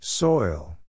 Soil